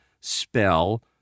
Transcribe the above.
spell